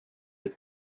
ett